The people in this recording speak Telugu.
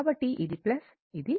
కాబట్టి ఇది ఇది